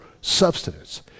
substance